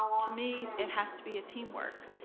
to me, it has to be a team work,